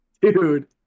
dude